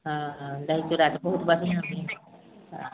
हाँ दही चूड़ा तऽ बहुत बढ़िआँ भेल